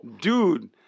dude